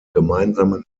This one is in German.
gemeinsamen